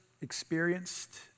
experienced